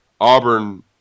auburn